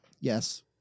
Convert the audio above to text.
yes